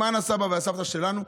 למען הסבא והסבתא שלנו.